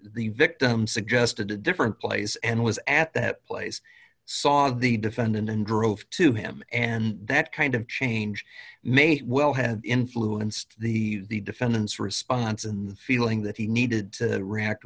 the victim suggested a different place and was at that place saw the defendant and drove to him and that kind of change may well have influenced the defendant's response and the feeling that he needed to react